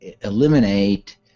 eliminate